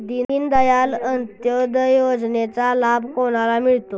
दीनदयाल अंत्योदय योजनेचा लाभ कोणाला मिळतो?